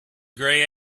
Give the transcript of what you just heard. grey